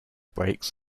breaks